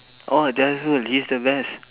oh that's good he's the best